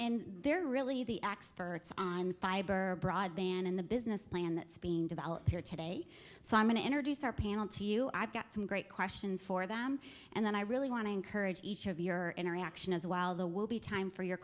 panel they're really the experts on fiber broadband in the business plan that's being developed here today simon introduce our panel to you i've got some great questions for them and then i really want to encourage each of your interaction as while the will be time for your